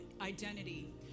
identity